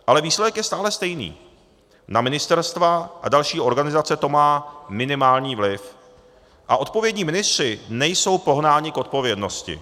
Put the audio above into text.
Ale výsledek je stále stejný, na ministerstva a další organizace to má minimální vliv a odpovědní ministři nejsou pohnáni k odpovědnosti.